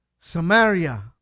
Samaria